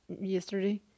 yesterday